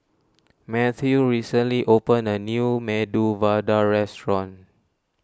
Matthew recently opened a new Medu Vada restaurant